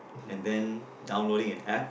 and then downloading an App